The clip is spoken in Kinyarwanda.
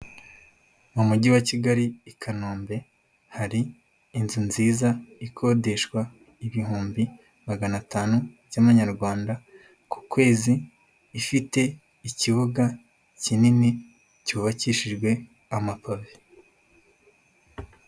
Mu Mujyi wa Kigali, i Kanombe, hari inzu nziza ikodeshwa ibihumbi magana atanu by'amanyarwanda ku kwezi, ifite ikibuga kinini cyubakishijwe amapave.